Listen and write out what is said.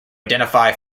identify